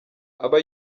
aba